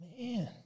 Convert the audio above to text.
Man